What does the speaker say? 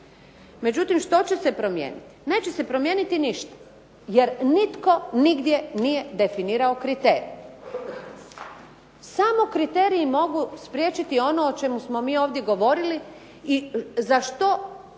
Međutim, što će se promijeniti? Neće se promijeniti ništa jer nitko nigdje nije definirao kriterij. Samo kriteriji mogu spriječiti ono o čemu smo mi ovdje govorili i za što je